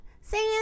Sand